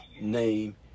name